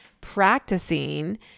practicing